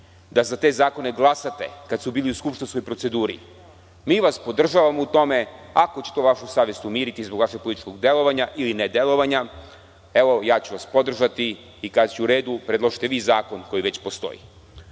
da za te zakone glasate kada su bili u skupštinskoj proceduri, mi vas podržavamo u tome. Ako će to vašu savest umiriti zbog vašeg političkog delovanja ili nedelovanja, ja ću vas podržati i kazaću – u redu, predložite vi zakon koji već postoji.